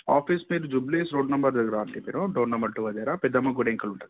office మీరు Jubilee Hills road number దగ్గర RTP మీరు డోర్ నెంబర్ ట్వల్వ్ దగ్గర పెద్దమ్మ గుడి వెనకాల ఉంటుంది